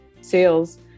sales